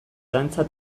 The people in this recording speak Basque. dantza